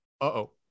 uh-oh